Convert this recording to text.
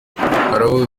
aravuga